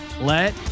Let